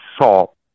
salt